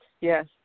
Yes